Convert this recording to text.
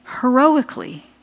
heroically